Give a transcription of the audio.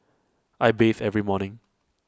I bathe every morning